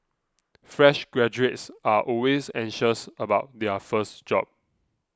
fresh graduates are always anxious about their first job